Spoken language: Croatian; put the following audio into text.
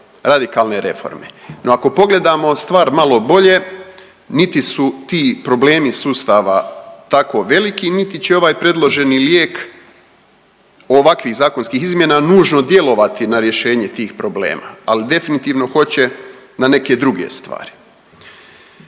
radikalne reforme. No, ako pogledamo stvar malo bolje niti su ti problemi sustava tako veliki, niti će ovaj predloženi lijek ovakvih zakonskih izmjena nužno djelovati na rješenje tih problema, ali definitivno hoće na neke druge stvari.